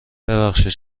ببخشید